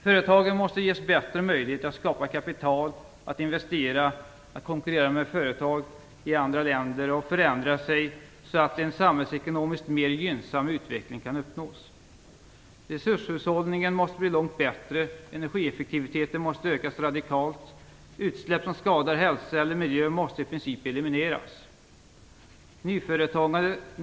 Företagen måste ges bättre möjligheter att skapa kapital, att investera, att konkurrera med företag i andra länder och att förändra sig, så att en samhällsekonomiskt mer gynnsam utveckling kan uppnås. Resurshushållningen måste bli långt bättre, energieffektiviteten måste ökas radikalt, utsläpp som skadar hälsa eller miljö måste i princip elimineras.